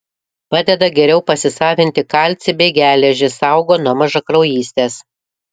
padeda geriau pasisavinti kalcį bei geležį saugo nuo mažakraujystės